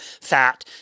fat